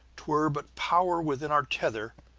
twere but power within our tether,